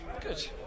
Good